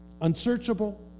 Unsearchable